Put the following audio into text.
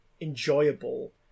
enjoyable